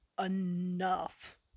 enough